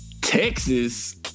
Texas